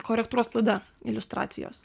korektūros klaida iliustracijos